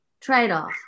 trade-off